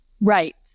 Right